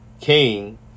King